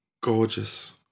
Gorgeous